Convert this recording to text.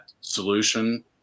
solution